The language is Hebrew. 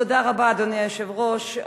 תודה רבה, אדוני היושב-ראש.